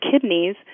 kidneys